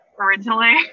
originally